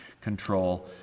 control